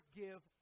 give